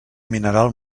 mineral